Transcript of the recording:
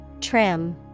Trim